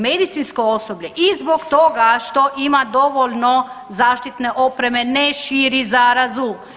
Medicinsko osoblje i zbog toga što ima dovoljno zaštitne opreme ne širi zarazu!